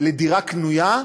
לדירה קנויה,